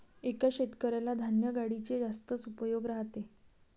एका शेतकऱ्याला धान्य गाडीचे जास्तच उपयोग राहते